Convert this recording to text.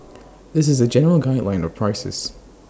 this is A general guideline of prices